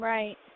Right